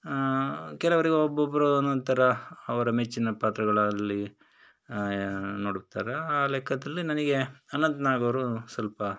ಕೆಲವ್ರಿಗೆ ಒಬ್ಬೊಬ್ಬರು ಒಂದೊಂದು ಥರ ಅವರ ಮೆಚ್ಚಿನ ಪಾತ್ರಗಳಲ್ಲಿ ನೋಡುತ್ತಾರೆ ಆ ಲೆಕ್ಕದಲ್ಲಿ ನನಗೆ ಅನಂತ್ ನಾಗ್ ಅವರು ಸ್ವಲ್ಪ